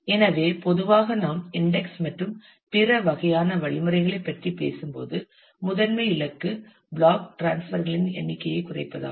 எனவே பொதுவாக நாம் இன்டெக்ஸ் மற்றும் பிற வகையான வழிமுறைகளைப் பற்றி பேசும்போது முதன்மை இலக்கு பிளாக் டிரான்ஸ்பர் களின் எண்ணிக்கையைக் குறைப்பதாகும்